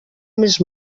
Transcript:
més